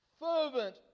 fervent